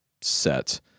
set